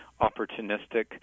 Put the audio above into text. opportunistic